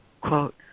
Quote